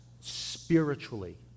spiritually